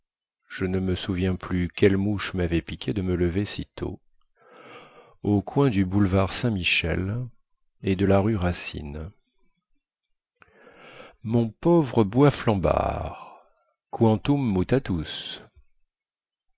je ne me souviens plus quelle mouche mavait piqué de me lever si tôt au coin du boulevard saintmichel et de la rue racine mon pauvre boisflambard